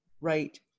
right